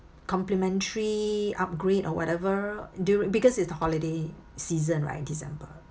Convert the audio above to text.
complimentary upgrade or whatever dur~ because it's the holiday season right december